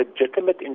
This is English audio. legitimate